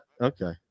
Okay